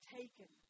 taken